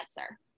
answer